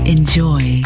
Enjoy